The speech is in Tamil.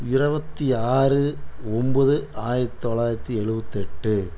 இருபத்தி ஆறு ஒம்பது ஆயிரத்து தொள்ளாயிரத்து எழுபத்தெட்டு